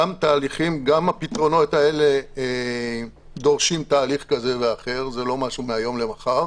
גם הפתרונות האלה דורשים תהליך כזה ואחר וזה לא משהו מהיום למחר.